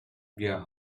yeah